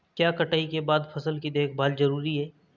क्या कटाई के बाद फसल की देखभाल जरूरी है?